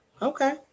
Okay